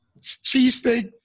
cheesesteak